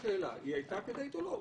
היא הייתה כדאית או לא?